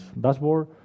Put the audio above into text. dashboard